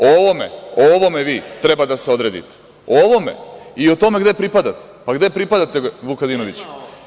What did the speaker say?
O ovome treba da se odredite, o ovome i o tome gde pripadate, pa gde pripadate Vukadinoviću?